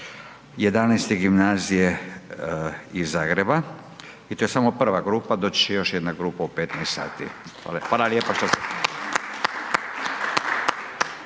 XI. Gimnazije iz Zagreba i to samo prva grupa. Doći će još jedna grupa u 15.00 sati. /Pljesak./ Hvala lijepa što ste